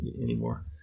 anymore